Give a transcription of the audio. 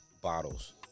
bottles